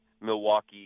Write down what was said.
Milwaukee